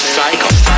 cycle